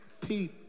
Pete